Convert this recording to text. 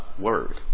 word